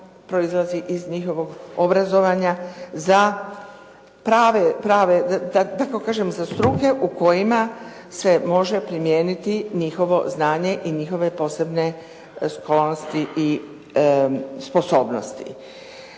proizlazi iz njihovog obrazovanja za prave, da tako kažem za struke u kojima se može primijeniti njihovo znanje i njihove posebne sklonosti i sposobnosti.